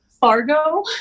Fargo